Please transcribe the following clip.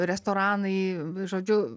restoranai žodžiu